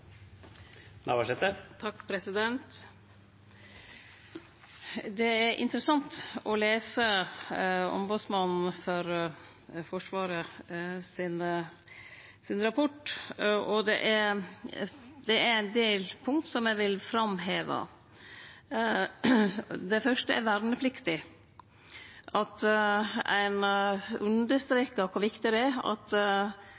interessant å lese rapporten frå Ombodsmannen for Forsvaret, og det er ein del punkt eg vil framheve. Det første er verneplikta, at ein undersrekar kor viktig det er at